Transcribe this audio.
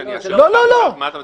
שאני אאשר לך --- מה אתה מצפה?